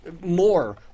more